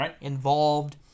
involved